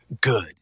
good